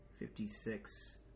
Fifty-six